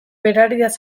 berariaz